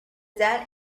that